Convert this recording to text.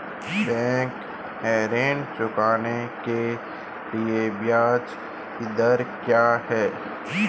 Bank ऋण चुकाने के लिए ब्याज दर क्या है?